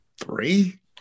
three